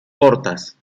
cortas